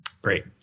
Great